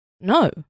no